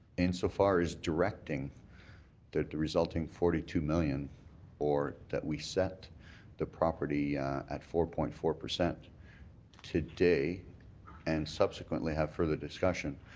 insofar as directing the the resulting forty two million or that we set the property at four point four today and subsequently have further discussion,